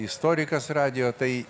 istorikas radijo tai